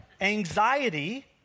Anxiety